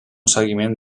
seguiment